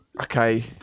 okay